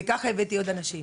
ככה הבאתי עוד אנשים.